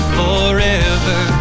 forever